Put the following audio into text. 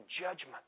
judgment